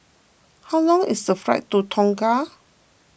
how long is the flight to Tonga